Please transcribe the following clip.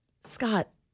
Scott